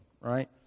right